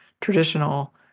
traditional